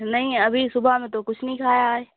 نہیں ابھی صبح میں تو کچھ نہیں کھایا آج